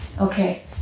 Okay